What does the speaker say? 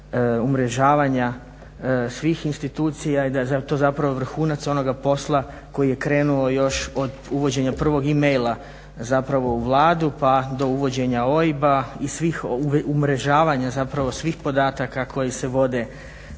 da je to zapravo vrhunac onoga posla koji je krenuo još od uvođenja prvog e-maila zapravo u Vladu pa do uvođenja OIB-a i svih umrežavanja zapravo svih podataka koji se vode u sustavu